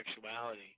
sexuality